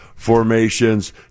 formations